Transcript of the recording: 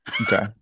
Okay